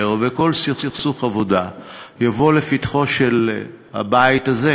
וכל סכסוך עבודה יבוא לפתחו של הבית הזה,